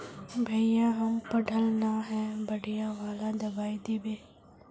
भैया हम पढ़ल न है बढ़िया वाला दबाइ देबे?